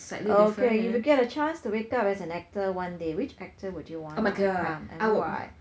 okay if you get a chance to wake up as an actor one day which actor would you want to become and why